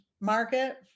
market